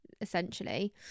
essentially